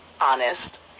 honest